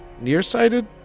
nearsighted